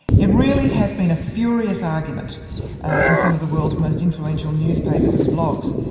it really has been a furious argument in some of the world's most influential newspapers and blogs.